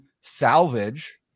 salvage